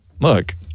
Look